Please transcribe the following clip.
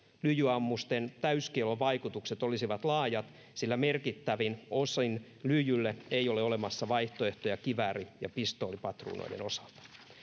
lyijyammusten täyskiellon vaikutukset olisivat laajat sillä merkittävin osin lyijylle ei ole olemassa vaihtoehtoja kivääri ja pistoolipatruunoiden osalta